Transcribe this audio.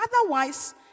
otherwise